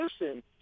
listen